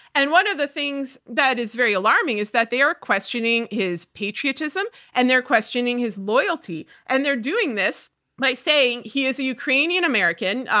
and one of the things that is very alarming is that they are questioning his patriotism, and they're questioning his loyalty. and they're doing this by saying he is a ukrainian-american.